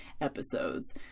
episodes